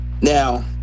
Now